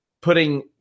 Putting